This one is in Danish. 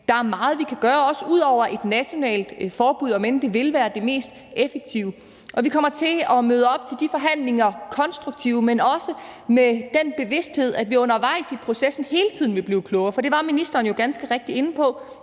Der er meget, vi kan gøre, også ud over et nationalt forbud, om end det ville være det mest effektive. Og vi kommer til at møde op til de forhandlinger og være konstruktive, men også med den bevidsthed, at vi undervejs i processen hele tiden vil blive klogere. For det var ministeren jo ganske rigtigt inde på,